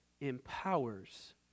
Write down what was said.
empowers